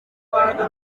bantu